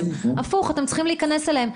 הפוך: אתם צריכים להיכנס אליהם.